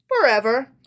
forever